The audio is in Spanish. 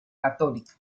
católica